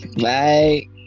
Bye